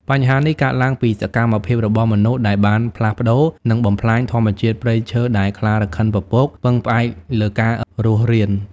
បញ្ហានេះកើតឡើងពីសកម្មភាពរបស់មនុស្ស ដែលបានផ្លាស់ប្តូរ និងបំផ្លាញធម្មជាតិព្រៃឈើដែលខ្លារខិនពពកពឹងផ្អែកលើការរស់រាន។